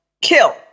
kill